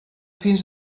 fins